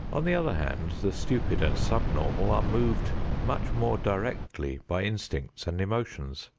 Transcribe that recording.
on the other hand, the stupid and subnormal are moved much more directly by instincts and emotions.